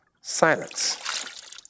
silence